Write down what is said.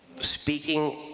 speaking